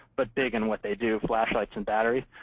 but big in what they do, flashlights and batteries.